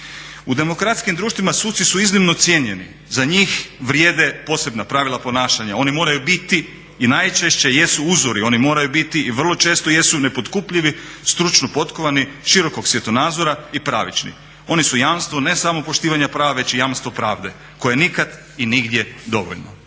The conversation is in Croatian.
U demokratskim društvima suci su iznimno cijenjeni, za njih vrijede posebna pravila ponašanja. Oni moraju biti i najčešće jesu uzori, oni moraju biti i vrlo često jesu nepotkupljivi, stručno potkovani, širokog svjetonazora i pravični. Oni su jamstvo ne samo poštivanja prava, već i jamstvo pravde koje nikad i nigdje dovoljno.